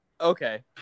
Okay